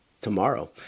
tomorrow